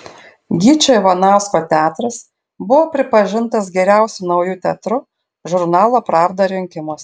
gyčio ivanausko teatras buvo pripažintas geriausiu nauju teatru žurnalo pravda rinkimuose